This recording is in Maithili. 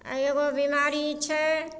आओर एगो बीमारी छै